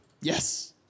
yes